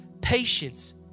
patience